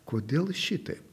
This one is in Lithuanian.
kodėl šitaip